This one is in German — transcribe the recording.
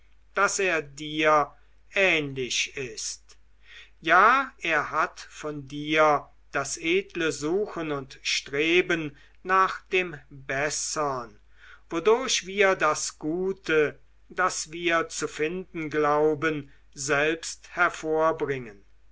daß er dir ähnlich ist ja er hat von dir das edle suchen und streben nach dem bessern wodurch wir das gute das wir zu finden glauben selbst hervorbringen